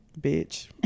bitch